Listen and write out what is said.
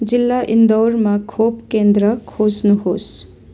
जिल्ला इन्दौरमा खोप केन्द्र खोज्नुहोस्